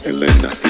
Elena